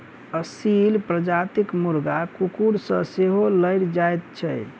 असील प्रजातिक मुर्गा कुकुर सॅ सेहो लड़ि जाइत छै